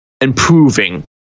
improving